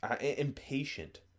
impatient